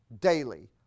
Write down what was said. daily